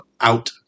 out